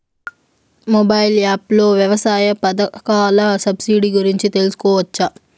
Mobile app లో వ్యవసాయ పథకాల సబ్సిడి గురించి తెలుసుకోవచ్చా?